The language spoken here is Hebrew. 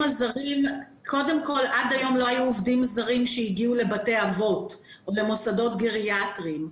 עד היום לא היו עובדים זרים שהגיעו לבתי אבות או למוסדות גריאטריים.